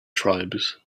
tribes